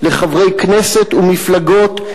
לחברי כנסת ולמפלגות,